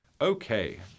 Okay